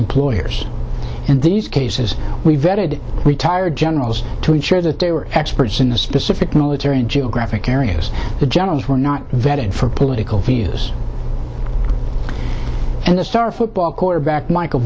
employers in these cases we vetted retired generals to ensure that they were experts in the specific military in geographic areas the generals were not vetted for political views and the star football quarterback michael